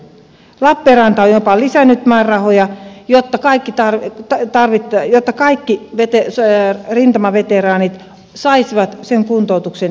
lappeenranta on jopa lisännyt määrärahoja jotta kaikki tarvittava tammi ja jota kaikki rintamaveteraanit saisivat sen kuntoutuksen joka heille myös kuuluu